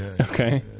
Okay